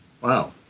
Wow